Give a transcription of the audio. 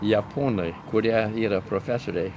japonai kurie yra profesoriai